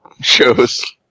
shows